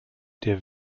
der